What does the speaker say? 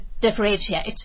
differentiate